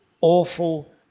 awful